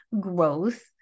growth